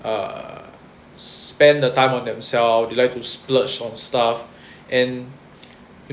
err spend the time of themselves they like to splurge on stuff and